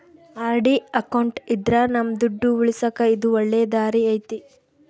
RD account ಇದ್ರ ನಮ್ ದುಡ್ಡು ಉಳಿಸಕ ಇದು ಒಳ್ಳೆ ದಾರಿ ಐತಿ